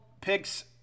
picks